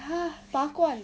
拔罐